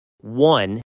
one